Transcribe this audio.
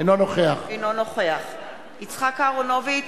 אינו נוכח יצחק אהרונוביץ,